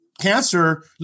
cancer